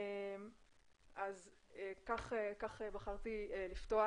אז כך בחרתי לפתוח.